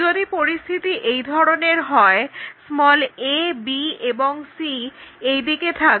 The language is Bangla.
যদি পরিস্থিতি এই ধরনের হয় a b এবং c এই দিকে থাকবে